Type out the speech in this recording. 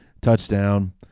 Touchdown